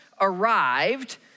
arrived